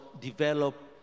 develop